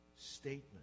statement